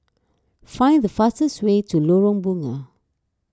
find the fastest way to Lorong Bunga